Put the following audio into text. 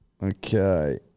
Okay